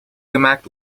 gemaakt